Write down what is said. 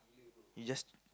you just